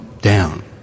down